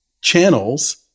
channels